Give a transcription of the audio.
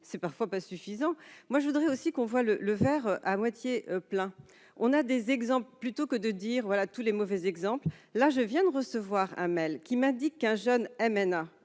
c'est parfois pas suffisant, moi je voudrais aussi qu'on voit le verre à moitié plein, on a des exemples plutôt que de dire : voilà, tous les mauvais exemples et là je viens de recevoir un Mail qui m'a dit qu'un jeune MNA